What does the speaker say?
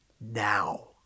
now